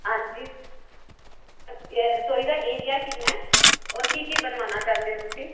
ਹਾਂਜੀ ਏ ਰਸੋਈ ਦਾ ਏਰੀਆ ਕਿੰਨਾ ਹੈ ਔਰ ਕੀ ਕੀ ਬਣਵਾਉਣਾ ਚਾਹੁੰਦੇ ਹੋ ਤੁਸੀਂ